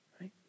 Right